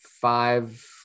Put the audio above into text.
five